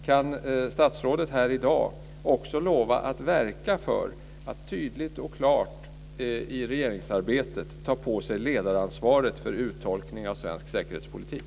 Kan statsrådet här i dag också lova att verka för att tydligt och klart i regeringsarbetet ta på sig ledaransvaret för uttolkningen av svensk säkerhetspolitik?